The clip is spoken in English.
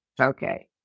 Okay